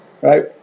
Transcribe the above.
right